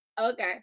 okay